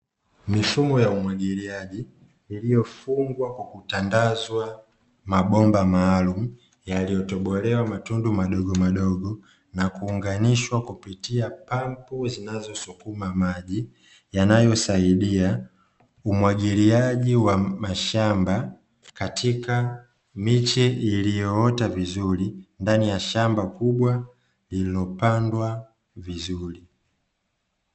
Mifumo ya umwagiliaji iliyofungwa kwa kutandazwa mabomba maalumu yaliyotobolewa matundu madogomadogo na kuunganishwa kwa kupitia pampu zinazosukuma maji, yanayosaidia umwagiliaji wa mashamba katika miche iliyoota vizuri ndani ya shamba kubwa lililopandwa vizuri.